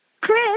Chris